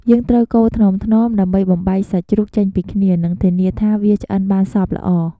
យើងត្រូវកូរថ្នមៗ ដើម្បីបំបែកសាច់ជ្រូកចេញពីគ្នា និងធានាថាវាឆ្អិនបានសព្វល្អ។